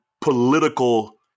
political